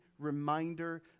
Reminder